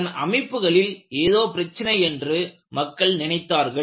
அதன் அமைப்புகளில் ஏதோ பிரச்சனை என்று மக்கள் நினைத்தார்கள்